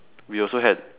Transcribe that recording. we also had